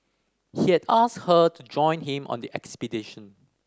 he had asked her to join him on the expedition